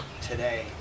today